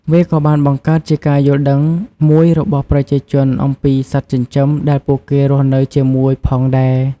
វាក៏បានបង្កើតជាការយល់ដឹងមួយរបស់ប្រជាជនអំពីសត្វចិញ្ចឹមដែលពួកគេរស់នៅជាមួយផងដែរ។